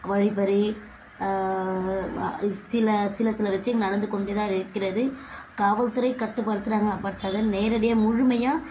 வழிப்பறி ம இது சில சில சில விஷயங்கள் நடந்து கொண்டே தான் இருக்கின்றது காவல்துறை கட்டுப்படுத்துகிறாங்க பட் அதை நேரடியாக முழுமையாக